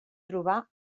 trobar